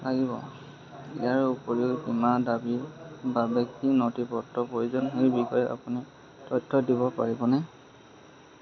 লাগিব ইয়াৰ উপৰিও বীমা দাবীৰ বাবে কি নথিপত্ৰৰ প্ৰয়োজন সেই বিষয়ে আপুনি তথ্য দিব পাৰিবনে